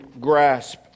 grasp